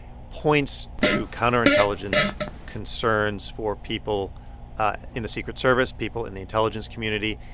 points to counterintelligence concerns for people in the secret service, people in the intelligence community.